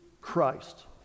Christ